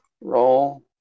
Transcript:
roll